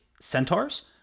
centaurs